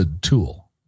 tool